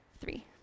three